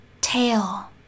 tail